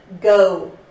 Go